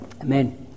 Amen